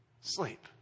sleep